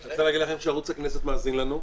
אני רוצה להגיד שערוץ הכנסת מאזין לנו.